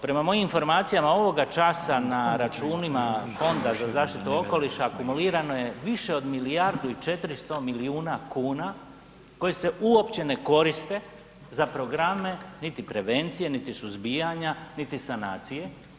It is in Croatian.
Prema mojim informacijama, ovoga časa na računima Fonda za zaštitu okoliša akumulirano je više od milijardu i 400 milijuna kuna koji se uopće ne koriste za programe niti prevencije niti suzbijanja niti sanacije.